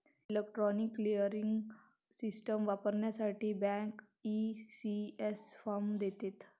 electronic clearing system वापरण्यासाठी bank, ECS form देतात